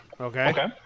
Okay